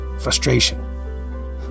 frustration